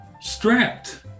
strapped